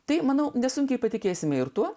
tai manau nesunkiai patikėsime ir tuo